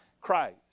Christ